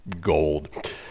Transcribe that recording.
gold